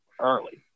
early